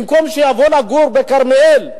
במקום שיבואו לגור בכרמיאל,